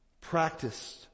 practiced